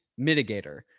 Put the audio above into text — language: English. mitigator